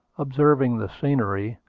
observing the scenery,